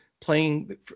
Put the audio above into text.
playing